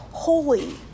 holy